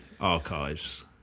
archives